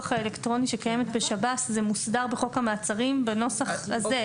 האלקטרוני שקיימת בשב"ס זה מוסדר בחוק המעצרים בנוסח הזה.